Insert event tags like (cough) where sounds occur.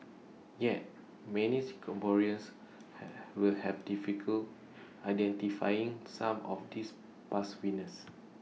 yet many Singaporeans (noise) will have difficult identifying some of these past winners